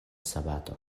sabato